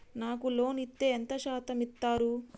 నాకు లోన్ ఇత్తే ఎంత శాతం ఇత్తరు?